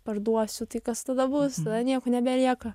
parduosiu tai kas tada bus nieko nebelieka